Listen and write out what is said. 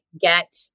get